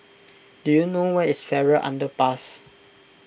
do you know where is Farrer Underpass